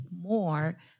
more